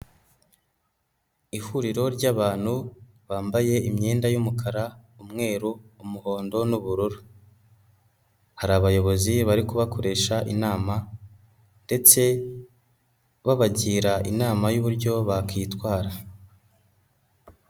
Ihuriro ry'abantu bambaye imyenda y'umukara, umweru, umuhondo n'ubururu hari abayobozi bari kubakoresha inama ndetse babagira inama y'uburyo bakwitwara.